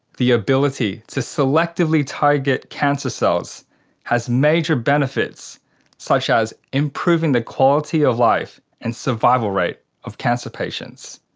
the ability to selectively target cancer cells has major benefits such as improving the quality of life and survival rate of cancer patients.